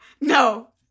No